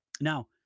Now